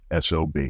SOB